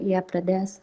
jie pradės